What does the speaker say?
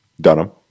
Dunham